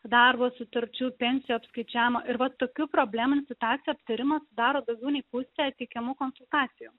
darbo sutarčių pensijų apskaičiavimo ir vat tokių probleminių situacijų aptarimas sudaro daugiau nei pusę teikiamų konsultacijų